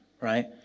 right